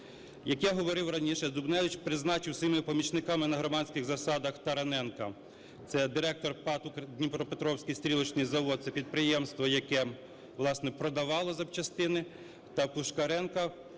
Як я говорив раніше, Дубневич призначив своїми помічниками на громадських засадах: Тараненка - це директор ПАТ "Дніпропетровський стрілочний завод", це підприємство, яке, власне, продавало запчастини; та Пушкаренка